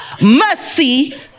mercy